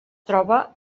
troba